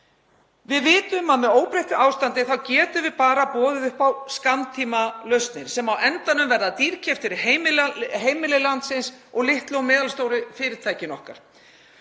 Við vitum að með óbreyttu ástandi þá getum við bara boðið upp á skammtímalausnir sem verða á endanum dýrkeyptar fyrir heimili landsins og litlu og meðalstóru fyrirtækin okkar.